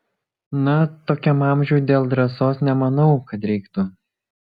na tokiam amžiuj dėl drąsos nemanau kad reiktų